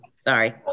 Sorry